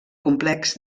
complex